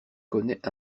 connaît